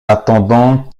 attendant